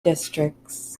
districts